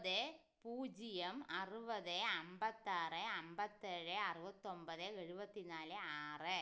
മുപ്പത് പൂജ്യം ആറ് അമ്പത്തിയാറ് അമ്പത്തിയേഴ് അറുപത്തിഒമ്പത് എഴുപത്തി നാല് ആറ്